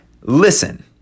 listen